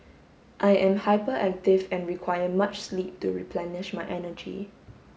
I am hyperactive and require much sleep to replenish my energy